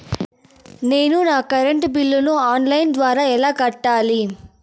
నేను నా కరెంటు బిల్లును ఆన్ లైను ద్వారా ఎలా కట్టాలి?